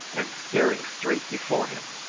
and staring straight before him.